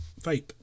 vape